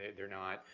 they're not,